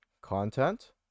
Content